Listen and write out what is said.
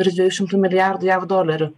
virš dviejų šimtų milijardų jav dolerių